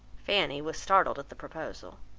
fanny was startled at the proposal.